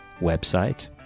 website